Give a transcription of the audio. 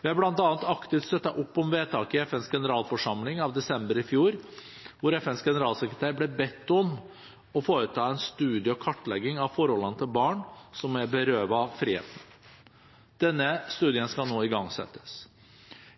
Vi har bl.a. aktivt støttet opp om vedtaket i FNs generalforsamling av desember i fjor, hvor FNs generalsekretær ble bedt om å foreta en studie og kartlegging av forholdene for barn som er berøvet friheten. Denne studien skal nå igangsettes.